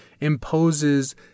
imposes